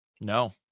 No